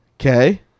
Okay